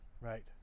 Right